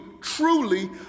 truly